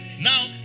Now